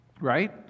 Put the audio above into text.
right